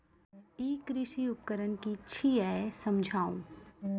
ई कृषि उपकरण कि छियै समझाऊ?